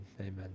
Amen